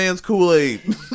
Kool-Aid